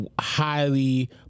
highly